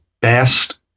best